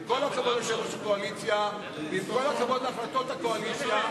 עם כל הכבוד ליושב-ראש הקואליציה ועם כל הכבוד להחלטות הקואליציה,